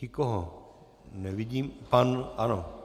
Nikoho nevidím, pan, ano.